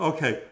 Okay